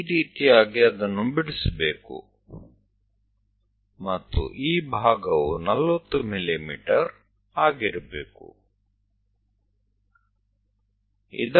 કોઈના માટે આ લીટીઓ દોરવાનો એક રસ્તો છે અને આ ભાગ 40 mm હોવો જોઈએ